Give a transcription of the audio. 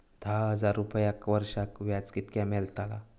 दहा हजार रुपयांक वर्षाक व्याज कितक्या मेलताला?